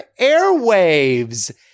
airwaves